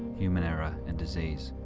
human error, and disease.